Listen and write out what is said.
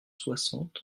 soixante